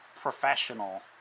professional